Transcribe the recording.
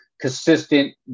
consistent